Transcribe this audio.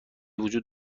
وجود